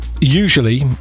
Usually